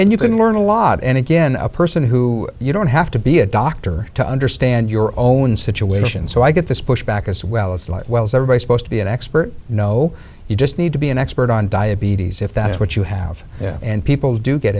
and you can learn a lot and again a person who you don't have to be a doctor to understand your own situation so i get this pushback as well as like well everybody supposed to be an expert no you just need to be an expert on diabetes if that is what you have and people do get